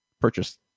purchase